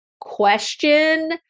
question